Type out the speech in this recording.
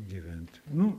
gyventi nu